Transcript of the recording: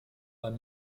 weil